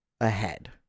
ahead